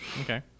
Okay